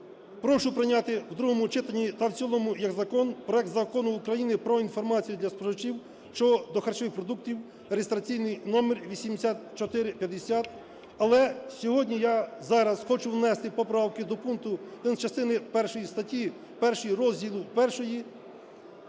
прошу прийняти в другому читанні та в цілому як закон проект Закону України про інформацію для споживачів щодо харчових продуктів (реєстраційний номер 8450). Але сьогодні, я зараз хочу внести поправки до частини першої статті 1 розділу І.